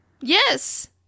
Yes